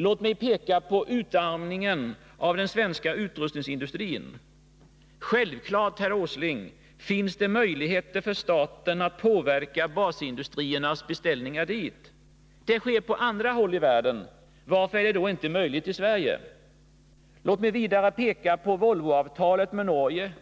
Låt mig peka på utarmningen av den svenska utrustningsindustrin. Självklart, herr Åsling, finns det möjligheter för staten att styra basindustrins beställningar dit. Det sker på andra håll i världen — varför är det då inte möjligt i Sverige? Låt mig vidare peka på Volvoavtalet med Norge,